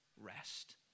rest